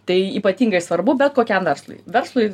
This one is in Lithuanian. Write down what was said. tai ypatingai svarbu bet kokiam verslui verslui